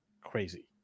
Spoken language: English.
crazy